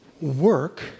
work